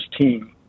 team